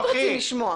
מאוד רוצים לשמוע.